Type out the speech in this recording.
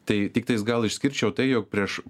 tai tiktais gal išskirčiau tai jog prieš